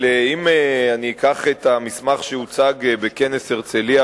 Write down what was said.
אבל אם אני אקח את המסמך שהוצג בכנס הרצלייה